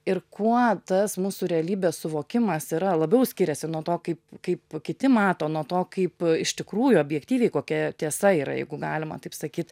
ir kuo tas mūsų realybės suvokimas yra labiau skiriasi nuo to kaip kaip kiti mato nuo to kaip iš tikrųjų objektyviai kokia tiesa yra jeigu galima taip sakyt